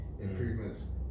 improvements